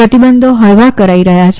પ્રતિબંધો હળવા કરાઈ રહયાં છે